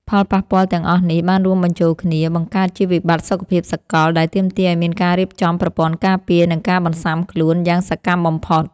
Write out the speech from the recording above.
ផលប៉ះពាល់ទាំងអស់នេះបានរួមបញ្ចូលគ្នា បង្កើតជាវិបត្តិសុខភាពសកលដែលទាមទារឱ្យមានការរៀបចំប្រព័ន្ធការពារ និងការបន្ស៊ាំខ្លួនយ៉ាងសកម្មបំផុត។